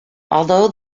although